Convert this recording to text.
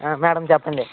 madam చెప్పండి